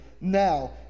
Now